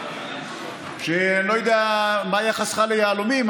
ואני לא יודע מה יחסך ליהלומים,